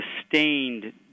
sustained